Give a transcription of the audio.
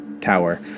tower